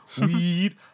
Weed